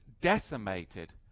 decimated